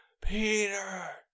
Peter